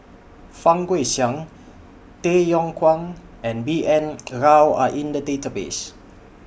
Fang Guixiang Tay Yong Kwang and B N Rao Are in The Database